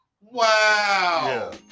Wow